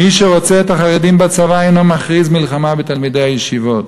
מי שרוצה את החרדים בצבא אינו מכריז מלחמה על תלמידי הישיבות.